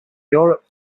europe